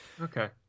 Okay